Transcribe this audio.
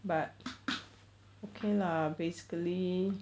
but okay lah basically